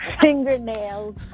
fingernails